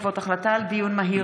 בעקבות דיון מהיר